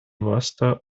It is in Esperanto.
vasta